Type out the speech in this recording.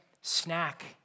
snack